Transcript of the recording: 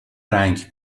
رنگ